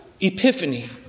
epiphany